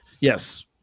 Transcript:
Yes